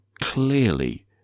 clearly